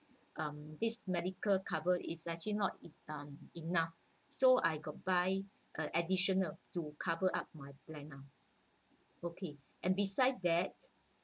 um this medical cover is actually not e~ um enough so I got buy uh additional to cover up my plan now okay and besides that